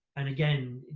and again,